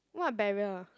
what barrier